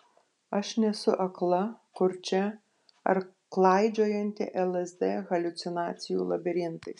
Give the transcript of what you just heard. aš nesu akla kurčia ar klaidžiojanti lsd haliucinacijų labirintais